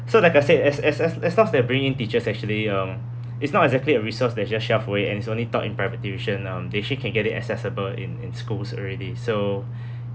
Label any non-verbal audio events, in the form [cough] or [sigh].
so like I said as as as as long as they're bringing in teachers actually um it's not exactly a resource that just shoved away and is only taught in private tuition now they actually can get it accessible in in schools already so [breath]